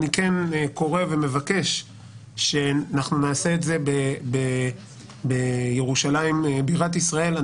אני קורא ומבקש שנעשה את זה בירושלים בירת ישראל.